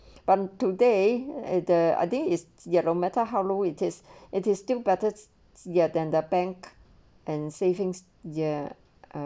but today at there are there is yellow matter hollow it is it is still better ya than the bank and savings ya uh